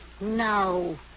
No